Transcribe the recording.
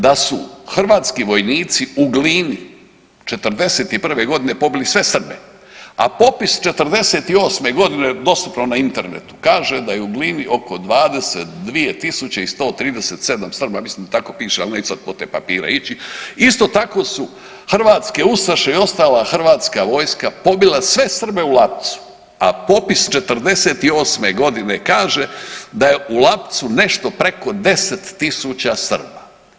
Da su hrvatski vojnici u Glini '41. g. pobili sve Srbe, a popis '48. g. dostupno na internetu, kaže da je Glini oko 22 137 Srba, mislim da tako piše, ali neću sad po te papire ići, isto tako su hrvatske ustaše i ostala hrvatska vojska pobila sve Srbe u Lapcu a popis '48. g. kaže da je u Lapcu nešto preko 10 000 Srba.